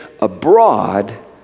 abroad